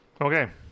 Okay